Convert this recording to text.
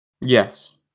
Yes